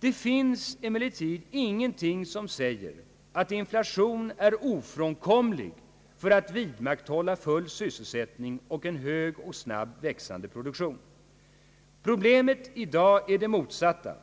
Det finns emellertid ingenting som säger att inflation är ofrånkomlig för att vidmakthålla full sysselsättning och en hög och snabbt växande produktion. Proble met i dag är det motsatta,